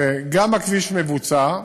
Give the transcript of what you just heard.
גם הכביש מבוצע,